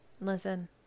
Listen